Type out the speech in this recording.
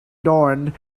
dawn